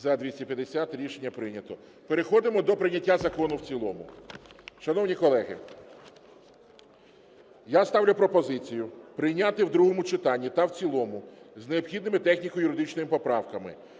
За-250 Рішення прийнято. Переходимо до прийняття закону в цілому. Шановні колеги, я ставлю пропозицію прийняти в другому читанні та в цілому з необхідними техніко-юридичними поправками